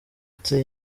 uti